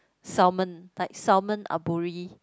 salmon like salmon aburi